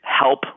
help